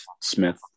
Smith